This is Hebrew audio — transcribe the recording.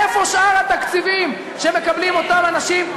איפה שאר התקציבים שמקבלים אותם אנשים,